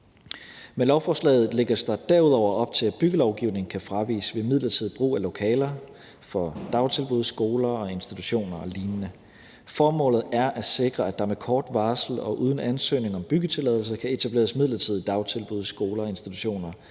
Med lovforslaget lægges der også op til, at byggelovgivningen kan fraviges ved midlertidig brug af lokaler til dagtilbud, skoler, institutioner og lignende. Formålet er at sikre, at der med kort varsel og uden ansøgning om byggetilladelse kan etableres midlertidige dagtilbud, skoler, institutioner